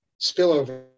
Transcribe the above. spillover